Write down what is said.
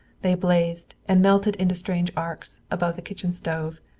they blazed and melted into strange arcs above the kitchen stove.